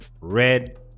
red